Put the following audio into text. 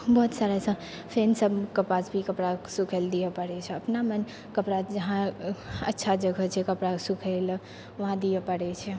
बहुत सारा ऐसा फेन्स सबके पास भी कपड़ाके सुखैलए दिअ पड़ै छै अपना मोन कपड़ा जहाँ अच्छा जगह छै कपड़ा सुखैलए वहाँ दिअ पड़ै छै